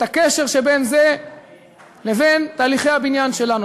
את הקשר שבין זה לבין תהליכי הבניין שלנו.